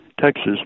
Texas